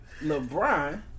Lebron